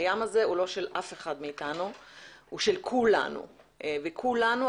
הים הזה הוא לא של אף אחד מאתנו אלא הוא של כולנו וכשאני אומרת כולנו,